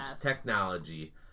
technology